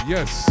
Yes